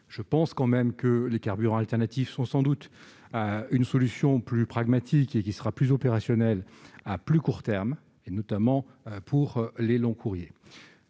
cependant que les carburants alternatifs sont sans doute une solution plus pragmatique, qui sera opérationnelle à plus court terme, notamment pour les longs courriers.